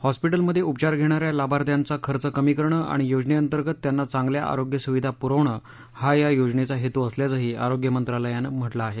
हॉस्पिटलमध्ये उपचार घेणाऱ्या लाभार्थ्यांचा खर्च कमी करणं आणि योजनेअंतर्गत त्यांना चांगल्या आरोग्य सुविधा पुरवणं हा या योजनेचा हेतू असल्याचंही आरोग्यमंत्रालयानं म्हटलं आहे